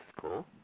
cool